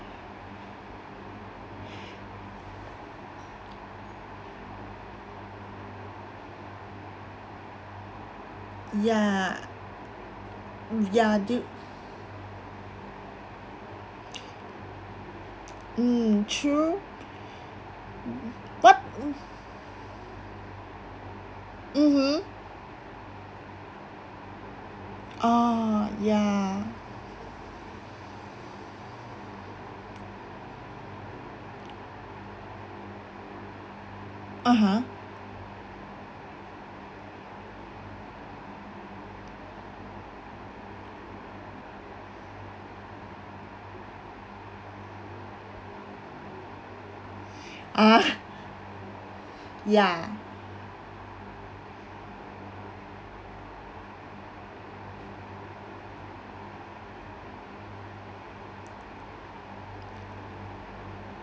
ya ya do mm true but mmhmm oh ya (uh huh) ah ya